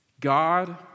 God